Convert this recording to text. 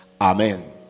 Amen